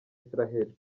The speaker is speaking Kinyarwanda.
israheli